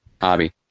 hobby